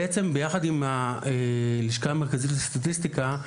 בעצם ביחד עם הלשכה המרכזית לסטטיסטיקה,